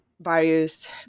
various